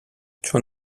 چون